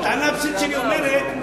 הטענה הבסיסית שלי אומרת,